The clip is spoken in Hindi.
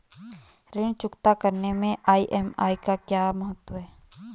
ऋण चुकता करने मैं ई.एम.आई का क्या महत्व है?